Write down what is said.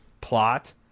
plot